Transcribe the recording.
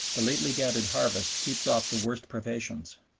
the lately gathered harvest keeps off the worst privations,